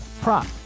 prop